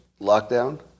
lockdown